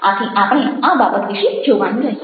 આથી આપણે આ બાબત વિશે જોવાનું રહ્યું